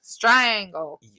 triangle